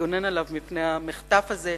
וחובתנו לגונן עליו מפני המחטף הזה.